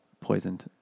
poisoned